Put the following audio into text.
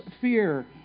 fear